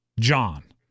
John